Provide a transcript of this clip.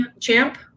champ